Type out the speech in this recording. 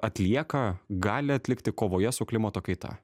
atlieka gali atlikti kovoje su klimato kaita